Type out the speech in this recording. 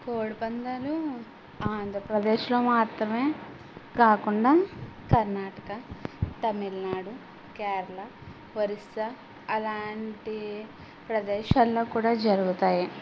కోడి పందాలు ఆంధ్రప్రదేశ్లో మాత్రమే కాకుండా కర్ణాటక తమిళనాడు కేరళ ఒరిస్సా అలాంటి ప్రదేశాల్లో కూడా జరుగుతాయి